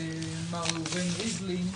מר ראובן ריבלין,